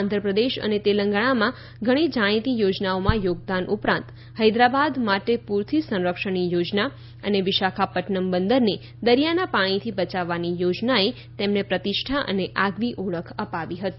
આંધ્રપ્રદેશ અને તેલંગાણામાં ઘણી જાણીતી યોજનાઓમાં યોગદાન ઉપરાંત હૈદરાબાદ માટે પૂરથી સંરક્ષણની યોજના અને વિશાખાપદૃનમ બંદરને દરિયાના પાણીથી બચાવવાની યોજનાએ તેમને પ્રતિષઠા અને આગવી ઓળખ અપાવી હતી